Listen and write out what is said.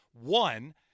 One